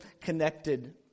connected